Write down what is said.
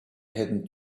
hidden